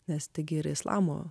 nes taigi ir islamo